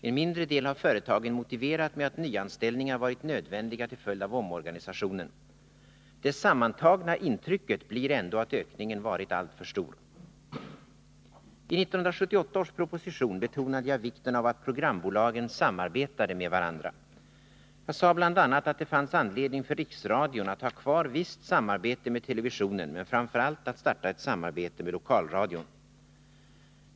En mindre del har företagen motiverat med att nyanställningar varit nödvändiga till följd av omorganisationen. Det sammantagna intrycket blir ändå att ökningen varit alltför stor. I 1978 års proposition betonade jag vikten av att programbolagen samarbetade med varandra. Jag sade bl.a. att det fanns anledning för riksradion att ha kvar visst samarbete med televisionen men framför allt att starta ett samarbete med lokalradion.